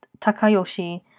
Takayoshi